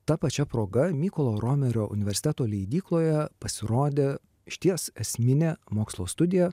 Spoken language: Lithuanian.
ta pačia proga mykolo romerio universiteto leidykloje pasirodė išties esminė mokslo studija